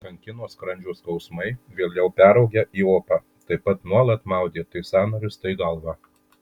kankino skrandžio skausmai vėliau peraugę į opą taip pat nuolat maudė tai sąnarius tai galvą